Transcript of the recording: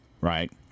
right